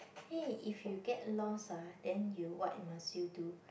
hey if you get lost ah then you what must you do